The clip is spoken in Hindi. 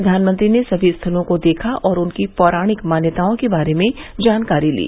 प्रधानमंत्री ने सभी स्थलों को देखा और उनकी पौराणिक मान्यताओं के बारे में जानकारी ली